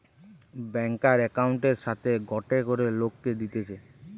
ব্যাংকার একউন্টের সাথে গটে করে লোককে দিতেছে